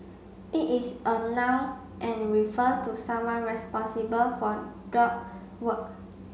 it is a noun and refers to someone responsible for drug work